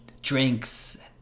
drinks